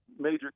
major